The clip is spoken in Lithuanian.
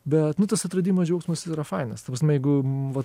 bet nu tas atradimo džiaugsmas jis yra fainas ta prasme jeigu m vat